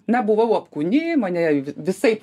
na buvau apkūni mane visaip